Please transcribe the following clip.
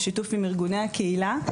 בשיתוף עם ארגוני הקהילה,